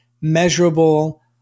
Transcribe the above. measurable